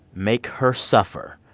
make her suffer.